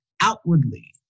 outwardly